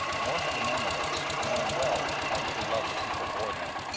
nor had the mamaluks, knowing well how little love the people bore them,